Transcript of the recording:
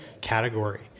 category